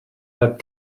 had